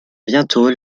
bientôt